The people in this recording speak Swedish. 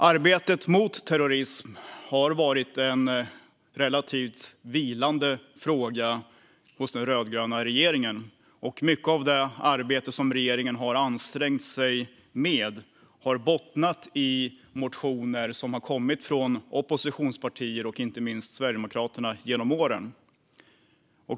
Arbetet mot terrorism har varit relativt vilande i den rödgröna regeringen, och de ansträngningar regeringen ändå har gjort har många gånger bottnat i motioner som genom åren har kommit från oppositionspartierna, inte minst Sverigedemokraterna.